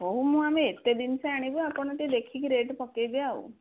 ହଉ ମୁଁ ଆମେ ଏତେ ଜିନିଷ ଆଣିବୁ ଆପଣ ଟିକିଏ ଦେଖିକି ରେଟ୍ ପକାଇବେ ଆଉ